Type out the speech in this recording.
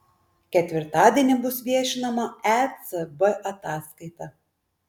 ketvirtadienį bus viešinama ecb ataskaita